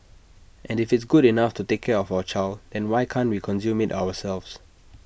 and if it's good enough to take care of our child and why can't we consume IT ourselves